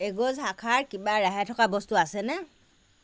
এগ'জ শাখাৰ কিবা ৰেহাই থকা বস্তু আছেনে